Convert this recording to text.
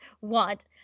want